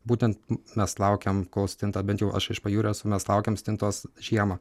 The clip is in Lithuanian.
būtent mes laukiam kol stinta bent jau aš iš pajūrio esu mes laukiam stintos žiemą